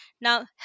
Now